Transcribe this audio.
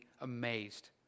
amazed